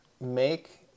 Make